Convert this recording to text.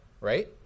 right